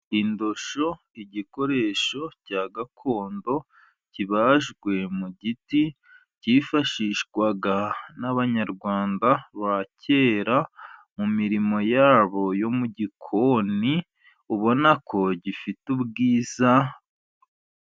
Indoshyo igikoresho cya gakondo kibajwe mu giti, cyifashishwaga n'Abanyarwanda ba kera mu mirimo yabo yo mu gikoni, ubona ko gifite ubwiza.